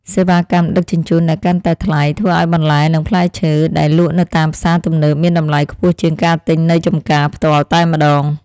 សេវាកម្មដឹកជញ្ជូនដែលកាន់តែថ្លៃធ្វើឱ្យបន្លែនិងផ្លែឈើដែលលក់នៅតាមផ្សារទំនើបមានតម្លៃខ្ពស់ជាងការទិញនៅចម្ការផ្ទាល់តែម្តង។